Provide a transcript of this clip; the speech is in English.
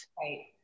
Right